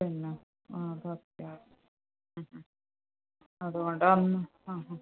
പിന്നെ ആ കറക്റ്റാണ് അത്കൊണ്ട് ഒന്ന്